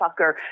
fucker